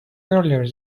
earlier